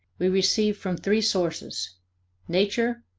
we receive from three sources nature,